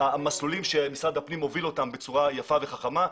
המסלולים שמשרד הפנים הוביל בצורה יפה וחכמה.